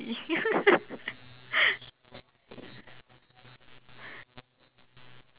~dy